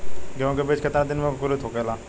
गेहूँ के बिज कितना दिन में अंकुरित होखेला?